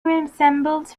resembles